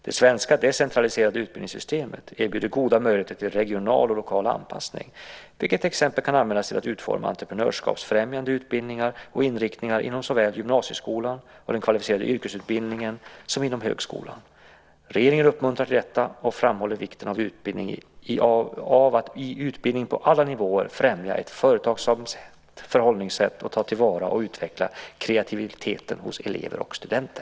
Det svenska decentraliserade utbildningssystemet erbjuder goda möjligheter till regional och lokal anpassning, vilket till exempel kan användas till att utforma entreprenörskapsfrämjande utbildningar och inriktningar såväl inom gymnasieskolan och den kvalificerade yrkesutbildningen som inom högskolan. Regeringen uppmuntrar till detta och framhåller vikten av att i utbildning på alla nivåer främja ett företagsamt förhållningssätt och ta till vara och utveckla kreativiteten hos elever och studenter.